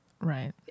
Right